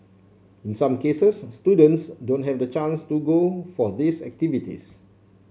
in some cases students don't have the chance to go for these activities